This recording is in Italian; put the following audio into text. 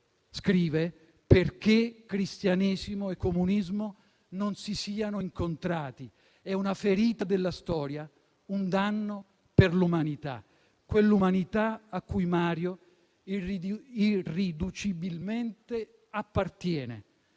scrive - «perché cristianesimo e comunismo non si siano incontrati. È una ferita della storia, un danno per l'umanità». Quell'umanità a cui Mario irriducibilmente appartiene.